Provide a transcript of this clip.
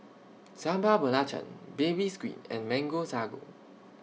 Sambal Belacan Baby Squid and Mango Sago